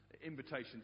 invitation